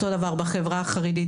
אותו הדבר בחברה החרדית,